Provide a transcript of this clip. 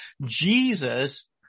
Jesus